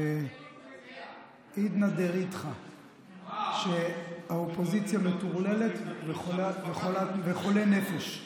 בעידנא דריתחא, שהאופוזיציה מטורללת וחולי נפש.